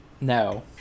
No